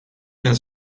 plein